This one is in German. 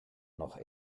noch